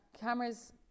cameras